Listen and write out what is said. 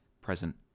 present